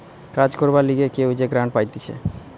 কাজ করবার লিগে কেউ যে গ্রান্ট পাইতেছে